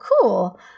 cool